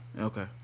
Okay